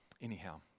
anyhow